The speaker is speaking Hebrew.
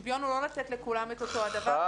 שוויון הוא לא לתת לכולם את אותו הדבר,